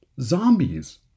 zombies